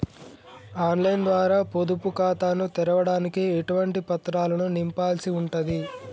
On line ద్వారా పొదుపు ఖాతాను తెరవడానికి ఎటువంటి పత్రాలను నింపాల్సి ఉంటది?